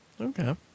Okay